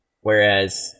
Whereas